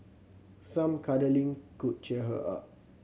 some cuddling could cheer her up